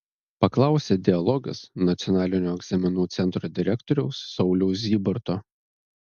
paklausė dialogas nacionalinio egzaminų centro direktoriaus sauliaus zybarto